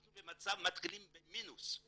אנחנו במצב שמתחילים במינוס,